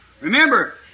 Remember